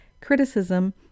criticism